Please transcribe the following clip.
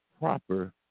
proper